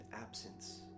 absence